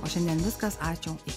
o šiandien viskas ačiū iki